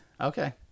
Okay